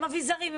עם אביזרים.